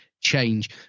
change